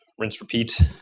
rinse, repeat.